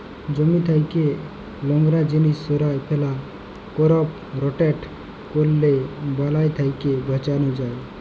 জমি থ্যাকে লংরা জিলিস সঁরায় ফেলা, করপ রটেট ক্যরলে বালাই থ্যাকে বাঁচালো যায়